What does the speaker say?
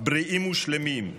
בריאים ושלמים.